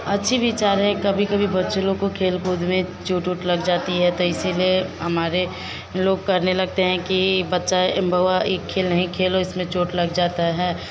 अच्छी विचार हैं कभी कभी बच्चे लोग को खेल कूद में चोंट ओंट लग जाती है तो इसीलिए हमारे लोग कहने लगते हैं कि बच्चा एम बवा खेल नहीं खेलों इसमें चोंट लग जाता है